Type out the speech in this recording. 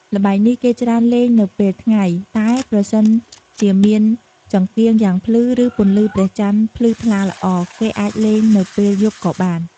ល្បែងនេះគេច្រើនលេងនៅពេលថ្ងៃ តែប្រសិនជាមានចង្កៀងយ៉ាងភ្លឺ រឺ ពន្លឺព្រះចន្ទភ្លឺថ្លាល្អ គេអាចលេងនៅពេលយប់ក៏បាន។